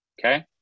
Okay